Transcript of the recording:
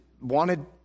wanted